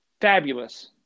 fabulous